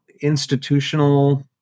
institutional